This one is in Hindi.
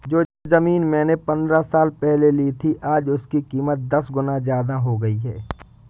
जो जमीन मैंने पंद्रह साल पहले ली थी, आज उसकी कीमत दस गुना जादा हो गई है